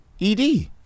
ED